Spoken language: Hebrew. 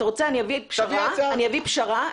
אביא פשרה,